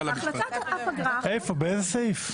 איפה, באיזה סעיף?